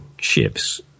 ships